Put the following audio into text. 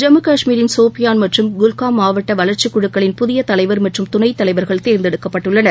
ஜம்மு கஷ்மீரில் சோஃபியான் மற்றும் குல்காம் மாவட்ட வளர்ச்சிக் குழுக்களின் புதிய தலைவர் மற்றும் துணைத் தலைவர்கள் தேர்ந்தெடுக்கப்பட்டுள்ளனர்